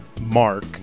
Mark